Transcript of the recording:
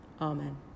Amen